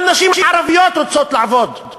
גם נשים ערביות רוצות לעבוד.